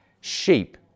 sheep